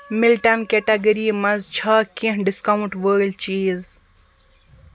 مِلٹن category منٛز چھا کیٚنٛہہ ڈِسکاوُنٛٹ وٲلۍ چیٖز